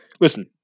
listen